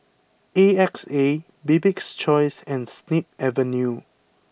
A X A Bibik's choice and Snip Avenue